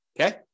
okay